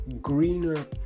greener